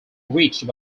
reached